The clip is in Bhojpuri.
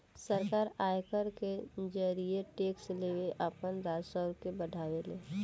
सरकार आयकर के जरिए टैक्स लेके आपन राजस्व के बढ़ावे ले